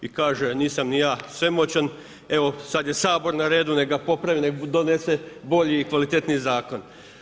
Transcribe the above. I kaže nisam ni ja svemoćan, evo sad je Sabor na redu, nek ga popravi, nek donese bolji i kvalitetniji zakon.